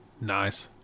Nice